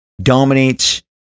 Dominates